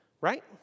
right